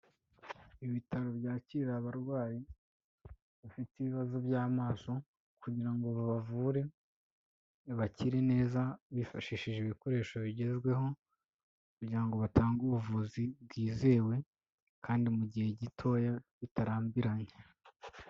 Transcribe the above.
Ibitaro byakira abarwayi bafite ibibazo by'amaso kugira ngo babavure bakire neza, bifashishije ibikoresho bigezweho kugira ngo batange ubuvuzi bwizewe kandi mu gihe gitoya bitarambiranye.